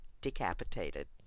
decapitated